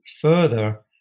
further